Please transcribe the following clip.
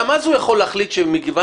גם אז הוא יכול להחליט שמכיוון